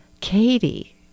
Katie